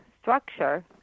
structure